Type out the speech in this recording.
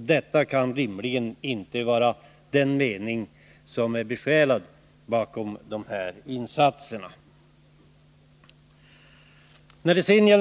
Detta kan rimligen inte vara vad man tänkt sig med dessa insatser.